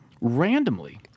randomly